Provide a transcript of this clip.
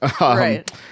right